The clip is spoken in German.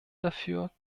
dafür